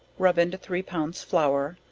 rub into three pounds flour,